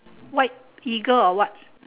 white eagle or what